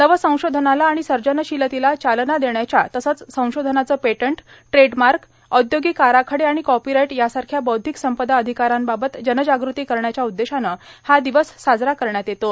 नवसंशोधनाला आणि सर्जनशीलतेला चालना देण्याच्या तसंच संशोधनाचं पेटंट ट्रेडमार्क औद्योगिक आराखडे आणि कॉपीराईट यासारख्या बौद्धिक संपदा अधिकारांबाबत जनजागृती करण्याच्या उद्देशानं हा दिवस साजरा करण्यात येतो